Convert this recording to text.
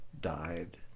died